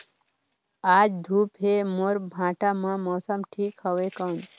आज धूप हे मोर भांटा बार मौसम ठीक हवय कौन?